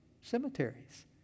cemeteries